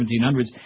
1700s